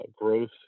growth